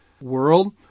world